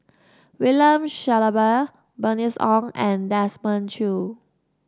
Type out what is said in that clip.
William Shellabear Bernice Ong and Desmond Choo